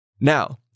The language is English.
Now